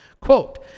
Quote